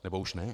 Nebo už ne?